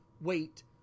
Wait